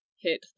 hit